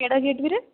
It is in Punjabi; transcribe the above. ਕਿਹੜਾ ਗੇਟ ਵੀਰੇ